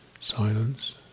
Silence